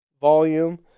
volume